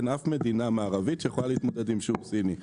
אין אף מדינה מערבית שיכולה להתמודד עם שוק סיני.